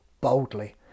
boldly